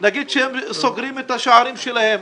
נגיד שהם סוגרים את השערים שלהם,